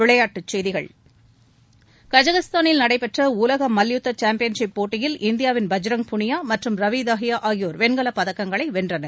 விளையாட்டுச் செய்திகள் கஜகிஸ்தானில் நடைபெற்ற உலக மல்யுத்த சாம்பியன்ஷிப் போட்டியில் இந்தியாவின் பஜ்ரங் புனியா மற்றும் ரவி தாஹியா ஆகியோர் வெண்கலப் பதக்கங்களை வென்றனர்